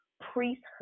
priesthood